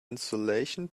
insulation